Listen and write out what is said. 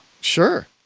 Sure